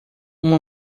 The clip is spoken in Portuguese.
uma